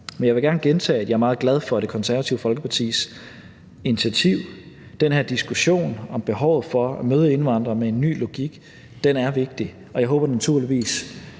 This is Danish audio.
Men jeg vil gerne gentage, at jeg er meget glad for Det Konservative Folkepartis initiativ. Den her diskussion om behovet for at møde indvandrere med en ny logik er vigtig, og jeg håber naturligvis